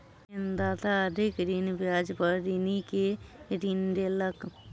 ऋणदाता अधिक ब्याज पर ऋणी के ऋण देलक